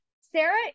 Sarah